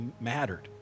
mattered